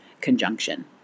conjunction